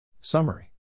Summary